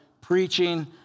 preaching